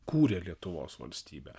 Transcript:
kūrė lietuvos valstybę